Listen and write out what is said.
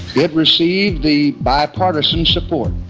it received the bipartisan support,